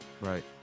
right